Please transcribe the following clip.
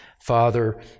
father